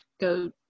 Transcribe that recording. go